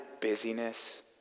busyness